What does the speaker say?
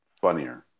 funnier